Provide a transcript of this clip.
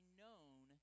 known